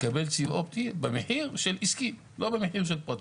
יקבל סיב אופטי במחיר של עסקי, לא במחיר של פרטי.